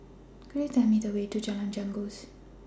Could YOU Tell Me The Way to Jalan Janggus